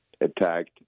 attacked